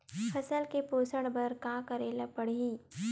फसल के पोषण बर का करेला पढ़ही?